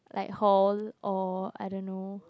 like hall or I don't know